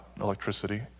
electricity